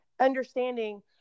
understanding